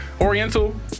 Oriental